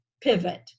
pivot